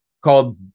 called